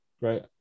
Right